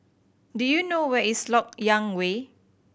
do you know where is Lok Yang Way